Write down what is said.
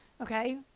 okay